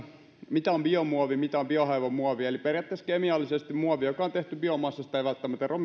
mitä on biomuovi mitä on biohajoava muovi periaatteessa muovi joka on tehty biomassasta ei välttämättä eroa kemiallisesti millään tavalla tavallisesta fossiilisesta